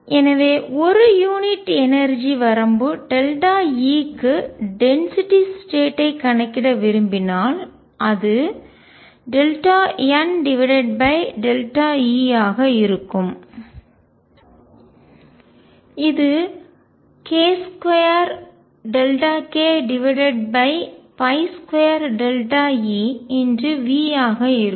எனவே ஒரு யூனிட் எனர்ஜிஆற்றல் வரம்பு E க்கு டென்சிட்டி ஸ்டேட் ஐ கணக்கிட விரும்பினால் அது NE ஆக இருக்கும் இது k2k2E×Vஆக இருக்கும்